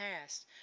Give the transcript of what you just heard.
past